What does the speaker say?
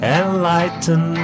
enlighten